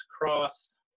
cross